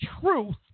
truth